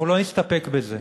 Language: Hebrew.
אנחנו לא נסתפק בזה,